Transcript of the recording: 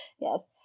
Yes